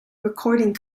recording